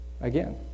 Again